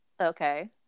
Okay